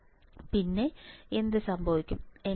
പിന്നെ എന്ത് ലഭിക്കും